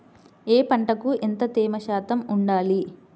ఏ పంటకు ఎంత తేమ శాతం ఉండాలి?